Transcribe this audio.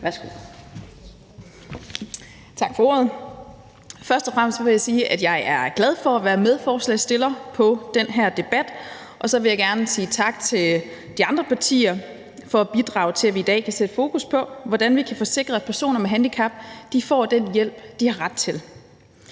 Tak for ordet. Først og fremmest vil jeg sige, at jeg er glad for at være medstiller på den her forespørgsel, og så vil jeg gerne sige tak til de andre partier for at bidrage til, at vi i dag kan sætte fokus på, hvordan vi kan få sikret, at personer med handicap får den hjælp, de har ret til.